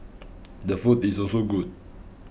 the food is also good